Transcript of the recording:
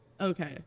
Okay